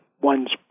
one's